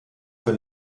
für